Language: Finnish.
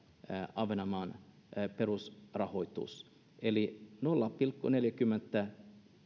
ahvenanmaan perusrahoitusta eli tasoitusperusteeksi nolla pilkku neljäkymmentäkaksi